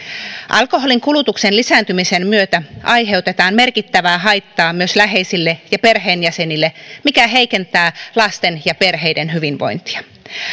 alkoholin kulutuksen lisääntymisen myötä aiheutetaan merkittävää haittaa myös läheisille ja perheenjäsenille mikä heikentää lasten ja perheiden hyvinvointia